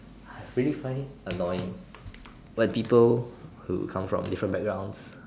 I really find it annoying when people who come from different backgrounds